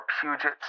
Puget